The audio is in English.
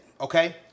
Okay